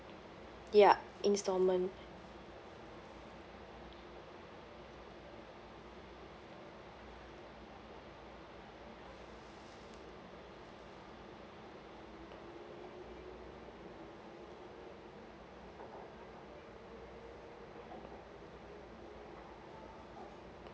ya instalment